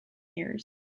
years